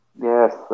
Yes